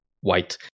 white